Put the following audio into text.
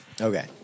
Okay